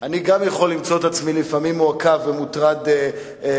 אני גם יכול למצוא את עצמי לפעמים מעוכב ומוטרד במחסום.